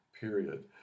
period